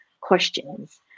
questions